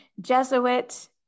Jesuit